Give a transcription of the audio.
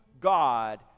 God